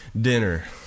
dinner